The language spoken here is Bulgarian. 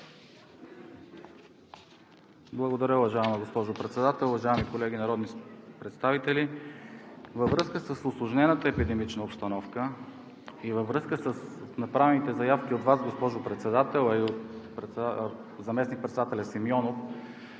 Благодаря, уважаема госпожо Председател. Уважаеми колеги народни представители! Във връзка с усложнената епидемична обстановка и с направените заявки от Вас, госпожо Председател, а и от заместник-председателя Симеонов,